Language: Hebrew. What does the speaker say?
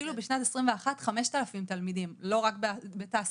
- התחילו בשנת 2021 5,000 תלמידים - לא רק בתעשייה,